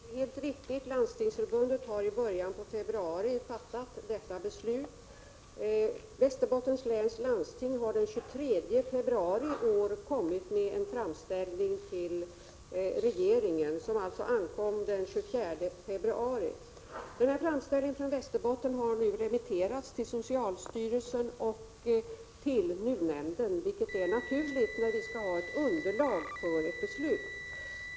Fru talman! Det är helt riktigt att Landstingsförbundet i början av februari har fattat nämnda beslut. Västerbottens läns landsting har den 23 februari i år inkommit med en framställning till regeringen, vilken ankom den 24 februari. Den här framställningen från Västerbotten har remitterats till socialstyrelsen och NUU-nämnden, vilket är naturligt. Vi skall ju ha ett underlag för ett beslut.